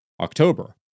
October